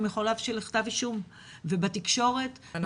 יכול להבשיל לכתב אישום ובתקשורת מציגים את זה.